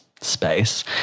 space